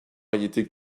variétés